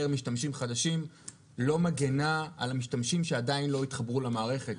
משתמשים חדשים לא מגנה על המשתמשים שעדיין לא התחברו למערכת,